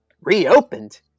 Reopened